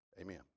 Amen